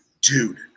Dude